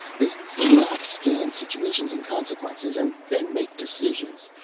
they do not scan situations and consequences and then make decisions.